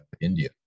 India